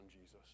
Jesus